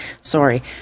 sorry